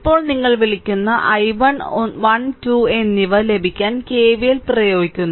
ഇപ്പോൾ നിങ്ങൾ വിളിക്കുന്ന i1 i 2 എന്നിവ ലഭിക്കാൻ KVL പ്രയോഗിക്കുന്നു